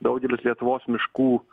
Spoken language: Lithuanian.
daugelis lietuvos miškų